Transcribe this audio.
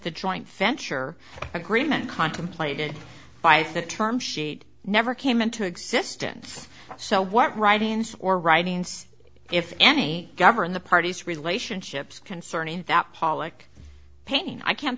the joint venture agreement contemplated by the term sheet never came into existence so what writings or writings if any govern the parties relationships concerning that pawlik pain i can